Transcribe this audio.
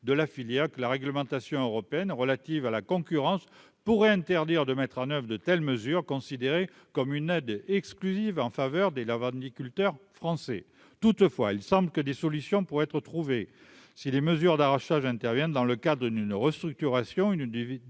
de la filière que la réglementation européenne relative à la concurrence pour interdire de mettre en oeuvre de telles mesures considérées comme une aide exclusive en faveur des lavandes ni culteurs français toutefois, il semble que des solutions pour être trouvées, si les mesures d'arrachage intervient dans le cas de une restructuration une